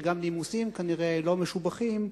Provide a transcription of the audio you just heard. וגם נימוסיו כנראה לא משובחים,